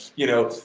you know,